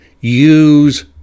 use